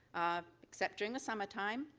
except during the summertime,